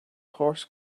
horse